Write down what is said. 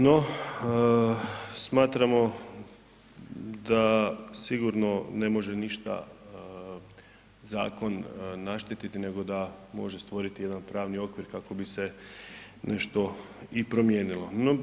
No smatramo da sigurno ne može ništa zakon naštetiti nego da može stvoriti jedan pravni okvir kako bi se nešto i promijenilo.